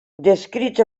descrits